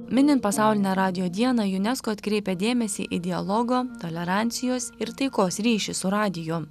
minint pasaulinę radijo dieną junesko atkreipia dėmesį į dialogo tolerancijos ir taikos ryšį su radiju